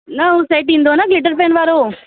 न हू सेट ईंदो आ गिलिटर पेन वारो